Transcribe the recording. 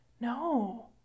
no